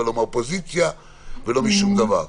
לא מהאופוזיציה ולא משום דבר.